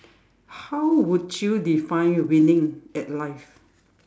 how would you define winning at life